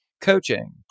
coaching